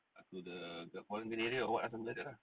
ah to the quarantine area or what something like that lah